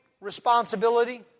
responsibility